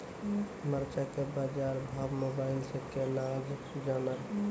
मरचा के बाजार भाव मोबाइल से कैनाज जान ब?